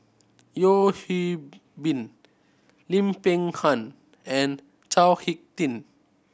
Yeo Hwee Bin Lim Peng Han and Chao Hick Tin